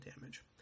damage